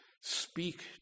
speak